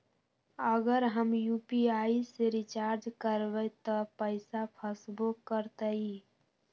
अगर हम यू.पी.आई से रिचार्ज करबै त पैसा फसबो करतई?